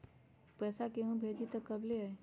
पैसा केहु भेजी त कब ले आई?